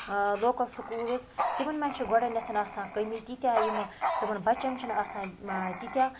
آ local schools تِمَن مَنٛز چھِ گۄڈٕنیٚتھ آسان کٔمی تیٖتاہ یِم تِمَن بَچَن چھِنہٕ آسان تیٖتاہ